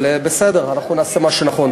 אבל בסדר, אנחנו נעשה מה שנכון.